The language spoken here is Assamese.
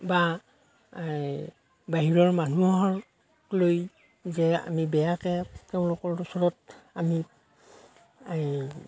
বা এই বাহিৰৰ মানুহক লৈ যে আমি বেয়াকৈ তেওঁলোকৰ ওচৰত আমি এই